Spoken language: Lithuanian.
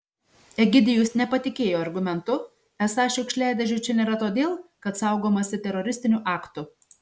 egidijus nepatikėjo argumentu esą šiukšliadėžių čia nėra todėl kad saugomasi teroristinių aktų